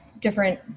different